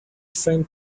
framed